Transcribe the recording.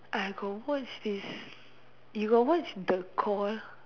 I got watch this you got watch the call